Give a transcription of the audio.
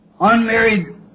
unmarried